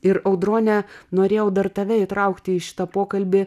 ir audrone norėjau dar tave įtraukti į šitą pokalbį